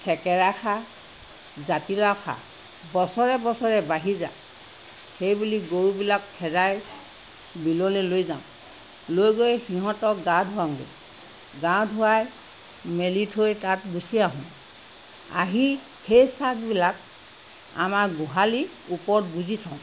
থেকেৰা খা জাতিলাও খা বছৰে বছৰে বাঢ়ি যা সেই বুলি গৰুবিলাক খেদাই বিললৈ লৈ যাওঁ লৈ গৈ সিহঁতক গা ধুৱাওঁগৈ গা ধোৱাই মেলি থৈ তাত গুচি আহোঁ আহি সেই চাগবিলাক আমাৰ গোহালি ওপৰত গোঁজি থওঁ